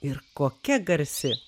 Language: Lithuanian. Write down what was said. ir kokia garsi